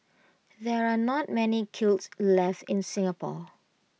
there are not many kilns left in Singapore